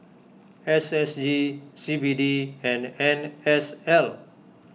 S S G C B D and N S L